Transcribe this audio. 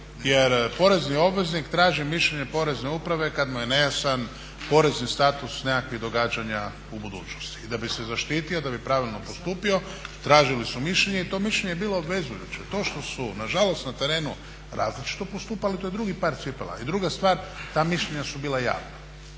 jer porezni obveznik traži mišljenje porezne uprave kad mu je nejasan porezni status nekakvih događanja u budućnosti i da bi se zaštitio, da bi pravilno postupio tražili su mišljenje i to mišljenje je bilo obvezujuće. To što su nažalost na terenu različito postupala to je drugi par cipela. I druga stvar, ta mišljenja su bila javna.